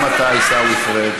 גם אתה, עיסאווי פריג'.